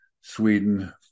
Sweden